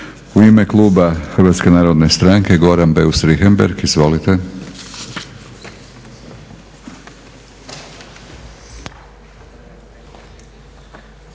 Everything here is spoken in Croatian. U ime kluba Hrvatske narodne stranke Goran Beus Richembergh. Izvolite.